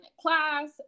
class